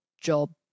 job